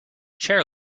chair